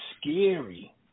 scary